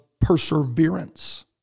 perseverance